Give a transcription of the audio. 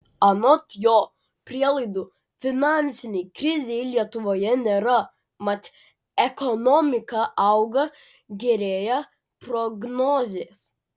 anot jo prielaidų finansinei krizei lietuvoje nėra mat ekonomika auga gerėja prognozės